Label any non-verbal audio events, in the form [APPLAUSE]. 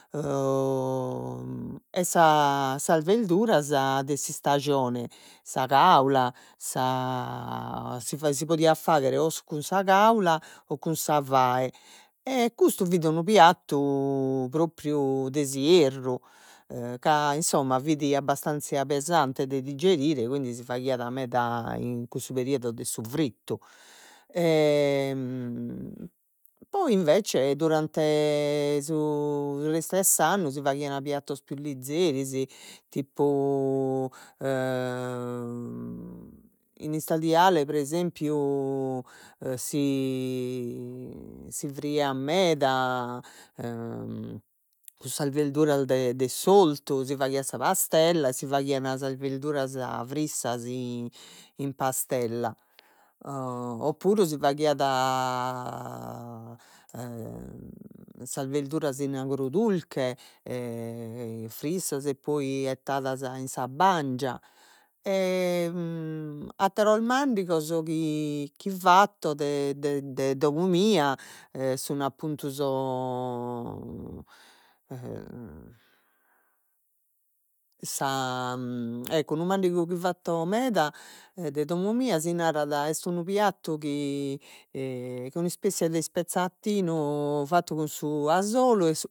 [HESITATION] E sa sas birduras de s'istajone sa caula, sa si faghi si podiat fagher o cun sa caula o cun sa fae e custu fit unu piattu propriu de s'ierru ca insomma fit abbastanzia pesante de diggirire quindi si faghiat meda in cussu periodo de su frittu [HESITATION] poi invece durante su su restu 'e s'annu si faghian piattos pius lizeris tipu [HESITATION] in istadiale pre esempiu si si friiat meda sas birduras de de s'ortu si faghiat sa pastella e si faghian sas birduras frissas in pastella o o puru si faghiat [HESITATION] sas birduras in agru dulche e frissos e poi 'ettadas in sa bangia, [HESITATION] atteros mandigos fin pius vastos de de de domo mia, sun appuntu sos [HESITATION] sa ecco una mandigu chi fatto meda de domo mia, si narat est unu piattu chi chi, est unu ispessia de ispezzatinu fattu cun su asolu